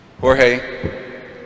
Jorge